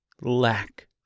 lack